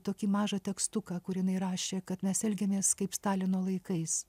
tokį mažą tekstuką kur jinai rašė kad mes elgiamės kaip stalino laikais